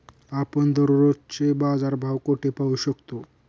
आपण दररोजचे बाजारभाव कोठे पाहू शकतो?